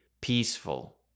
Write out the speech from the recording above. peaceful